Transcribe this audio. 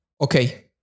Okay